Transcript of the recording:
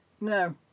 No